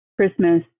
christmas